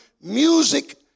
music